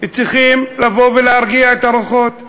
צריכים לבוא ולהרגיע את הרוחות,